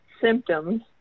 symptoms